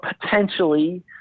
potentially